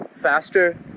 faster